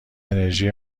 انرژی